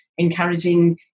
encouraging